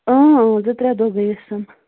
زٕ ترٛےٚ دۄہ گٔیِس